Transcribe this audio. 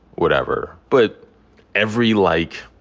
whatever. but every, like,